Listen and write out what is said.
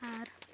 ᱟᱨ